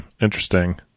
interesting